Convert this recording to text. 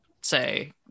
say